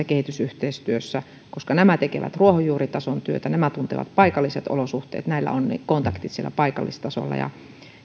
kehitysyhteistyössä koska ne tekevät ruohonjuuritason työtä ne tuntevat paikalliset olosuhteet niillä on ne kontaktit siellä paikallistasolla